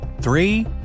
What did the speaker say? Three